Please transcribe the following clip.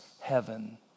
heaven